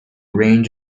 range